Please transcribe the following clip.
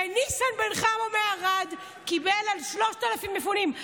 וניסן בן חמו מערד קיבל על 3,000 מפונים,